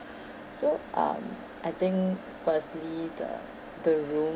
so um I think firstly the the room